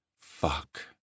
Fuck